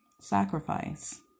sacrifice